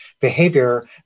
behavior